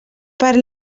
per